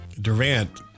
Durant